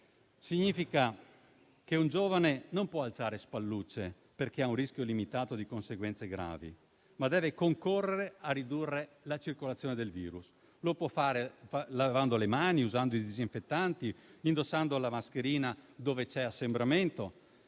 significa che un giovane non può alzare spallucce perché ha un rischio limitato di conseguenze gravi, ma deve concorrere a ridurre la circolazione del virus. Lo può fare lavando le mani, usando i disinfettanti, indossando la mascherina dove c'è assembramento